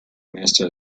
mrs